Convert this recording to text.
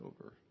over